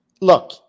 look